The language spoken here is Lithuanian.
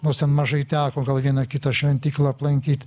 nors ten mažai teko gal vieną kitą šventyklą aplankyt